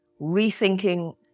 Rethinking